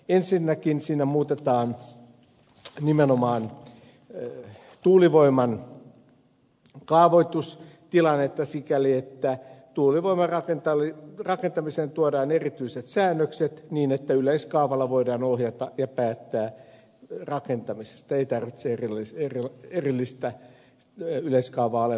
ensinnäkin siinä muutetaan nimenomaan tuulivoiman kaavoitustilannetta sikäli että tuulivoiman rakentamiseen tuodaan erityiset säännökset niin että yleiskaavalla voidaan ohjata ja päättää rakentamisesta ei tarvitse erillistä yleiskaavaa alempaa kaavapäätöstä